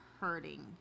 hurting